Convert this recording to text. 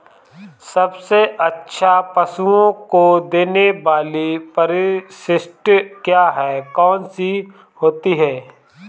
सबसे अच्छा पशुओं को देने वाली परिशिष्ट क्या है? कौन सी होती है?